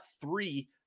three